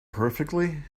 perfectly